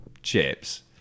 chips